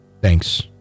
Thanks